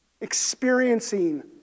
experiencing